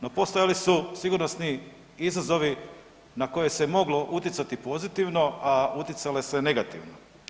No postojali su sigurnosni izazovi na koje se moglo utjecati pozitivno, a utjecalo se negativno.